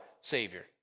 Savior